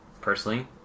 personally